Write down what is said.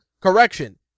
correction